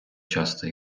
часто